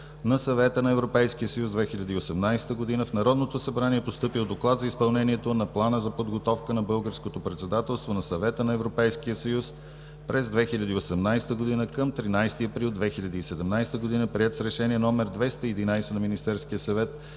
на Съвета на Европейския съюз през 2018 г. в Народното събрание е постъпил Доклад за изпълнението на плана за подготовка на българското председателство на Съвета на Европейския съюз през 2018 г. към 13 април 2017 г., приет с Решение № 211 на Министерския съвет